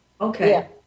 Okay